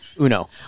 Uno